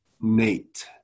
Nate